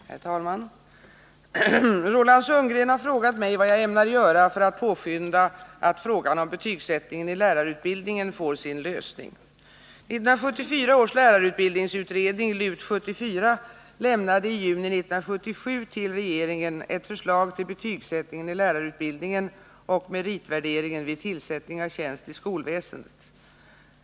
Herr talman! Roland Sundgren har frågat mig vad jag ämnar göra för att påskynda att frågan om betygsättningen i lärarutbildningen får sin lösning. 1974 års lärarutbildningsutredning lämnade i juni 1977 till regeringen ett förslag till betygsättningen i lärarutbildningen och meritvärderingen vid tillsättning av tjänst i skolväsendet.